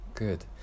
Good